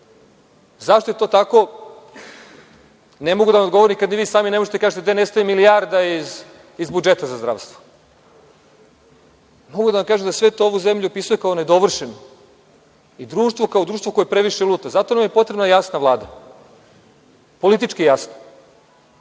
Zašto je to tako ne mogu da vam odgovorim, kad ni vi sami ne možete da kažete gde nestaje milijarda iz budžeta za zdravstvo. Mogu da vam kažem da sve to ovu zemlju opisuje kao nedovršenu i društvo kao društvo koje previše luta. Zato nam je potrebna jasna Vlada, politički jasna.